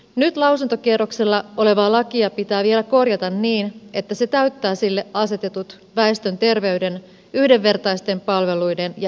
nyt lausuntokierroksella olevaa lakia pitää vielä korjata niin että se täyttää sille asetetut väestön terveyden yhdenvertaisten palveluiden ja integraation tavoitteet